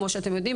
כמו שאתם יודעים,